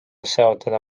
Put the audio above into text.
soetada